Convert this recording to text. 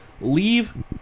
leave